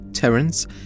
Terence